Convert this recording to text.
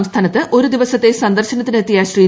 സംസ്ഥാക്ത്ത് ഒരു ദിവസത്തെ സന്ദർശന ത്തിനെത്തിയ ശ്രീ